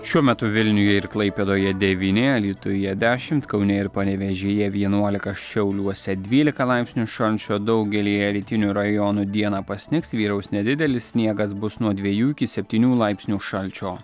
šiuo metu vilniuje ir klaipėdoje devyni alytuje dešimt kaune ir panevėžyje vienuolika šiauliuose dvylika laipsnių šalčio daugelyje rytinių rajonų dieną pasnigs vyraus nedidelis sniegas bus nuo dviejų iki septynių laipsnių šalčio